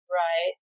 right